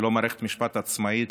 ללא מערכת משפט עצמאית,